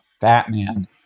Batman